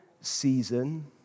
season